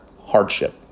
hardship